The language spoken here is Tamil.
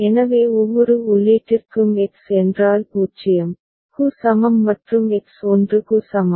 எனவே ஒவ்வொரு உள்ளீட்டிற்கும் எக்ஸ் என்றால் 0 க்கு சமம் மற்றும் எக்ஸ் 1 க்கு சமம்